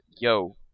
yo